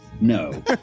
no